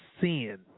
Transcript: sin